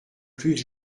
plus